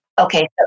Okay